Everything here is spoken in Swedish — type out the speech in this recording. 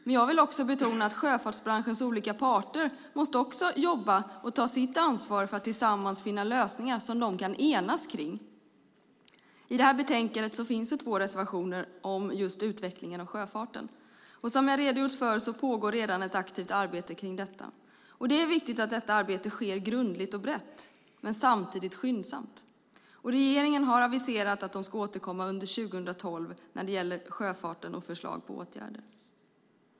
Men jag vill också betona sjöfartsbranschens olika parter måste jobba och ta sitt ansvar för att tillsammans finna lösningar som de kan enas kring. I betänkandet finns det två reservationer om just utvecklingen av sjöfarten. Som jag har redogjort för pågår redan ett aktivt arbete kring detta. Det är viktigt att arbetet sker grundligt och brett men samtidigt skyndsamt. Regeringen har aviserat att man ska återkomma under 2012 när det gäller sjöfarten och förslag på åtgärder.